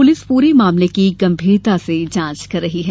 police पूरे मामले की गंभीरता से जांच कर रही है